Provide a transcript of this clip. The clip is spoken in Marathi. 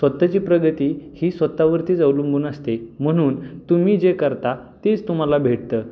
स्वतःची प्रगती ही स्वतःवरतीच अवलंबून असते म्हणून तुम्ही जे करता तीच तुम्हाला भेटतं